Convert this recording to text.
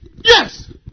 Yes